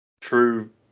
true